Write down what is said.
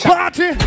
Party